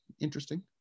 Interesting